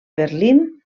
berlín